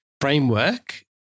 framework